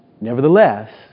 nevertheless